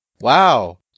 Wow